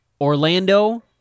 Orlando